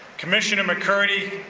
commissioner mccurdy,